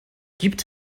gibt